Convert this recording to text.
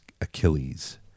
achilles